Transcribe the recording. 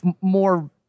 more